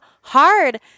hard